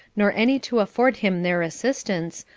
nor any to afford him their assistance,